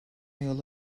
yol